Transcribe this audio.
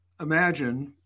imagine